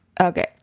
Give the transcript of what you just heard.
Okay